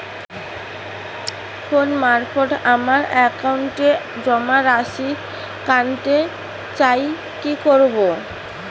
Phone মারফত আমার একাউন্টে জমা রাশি কান্তে চাই কি করবো?